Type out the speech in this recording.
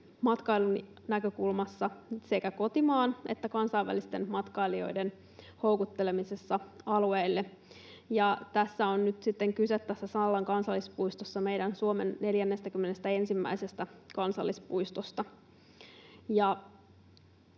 matkailun näkökulmasta sekä kotimaisten että kansainvälisten matkailijoiden houkuttelemisessa alueille. Tässä Sallan kansallispuistossa on nyt sitten kyse Suomen 41. kansallispuistosta.